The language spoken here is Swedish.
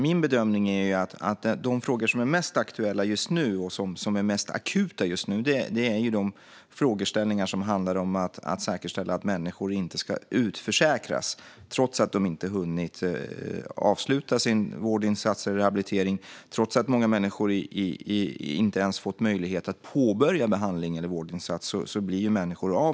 Min bedömning är att de frågor som är mest aktuella och akuta just nu är de frågeställningar som handlar om att säkerställa att människor inte utförsäkras trots att de inte hunnit avsluta sin vårdinsats eller rehabilitering. Många människor blir i dag av med sjukpenningen trots att de inte ens fått möjlighet att påbörja en behandling eller vårdinsats.